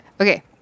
okay